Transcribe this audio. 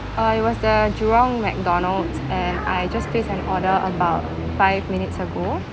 uh it was the jurong mcdonald's and I just placed an order about five minutes ago